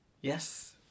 Yes